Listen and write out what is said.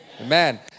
Amen